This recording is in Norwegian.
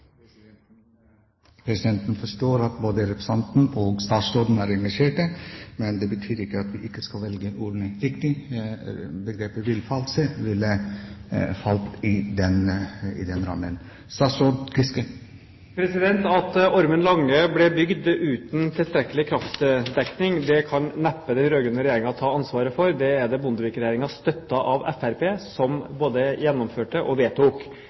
Presidenten forstår at både representanten og statsråden er engasjert, men det betyr ikke at de ikke skal velge riktig ordlyd. Begrepet «villfarelse» faller utenfor den rammen. At Ormen Lange ble bygd uten tilstrekkelig kraftdekning, kan neppe den rød-grønne regjeringen ta ansvaret for. Det var det Bondevik-regjeringen støttet av Fremskrittspartiet som både vedtok og gjennomførte. Det var der problemet oppsto, så det kan knapt nok Jens Stoltenberg og